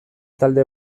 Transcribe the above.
talde